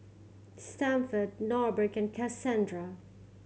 Stafford Norbert and Kasandra